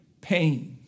pain